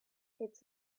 its